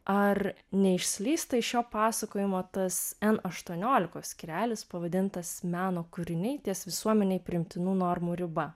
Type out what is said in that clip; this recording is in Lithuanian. ar neišslysta iš šio pasakojimo tas en aštuoniolikos skyrelis pavadintas meno kūriniai ties visuomenei priimtinų normų riba